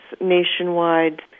nationwide